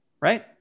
right